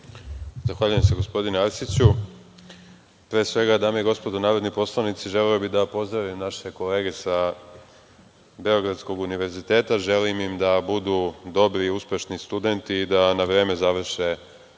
Zahvaljujem se gospodine Arsiću. Pre svega dame i gospodo narodni poslanici, želeo bih da pozdravim naše kolege, sa Beogradskog univerziteta. Želim im da budu dobri i uspešni studenti i da na vreme završe svoje